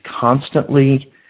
constantly